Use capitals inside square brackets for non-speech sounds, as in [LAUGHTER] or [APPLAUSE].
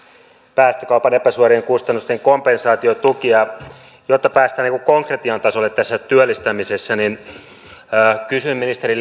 päästökaupan epäsuorien kustannusten kompensaatiotuki ja jotta päästään konkretian tasolle tässä työllistämisessä kysyn ministeri [UNINTELLIGIBLE]